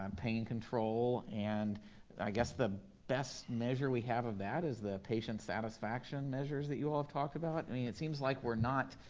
um pain control, and i guess the best measure we have of that is the patient satisfaction measures that you all talked about, i mean it seems like we're not,